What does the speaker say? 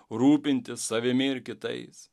rūpintis savimi ir kitais